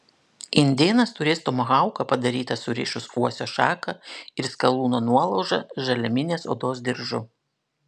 indėnas turės tomahauką padarytą surišus uosio šaką ir skalūno nuolaužą žaliaminės odos diržu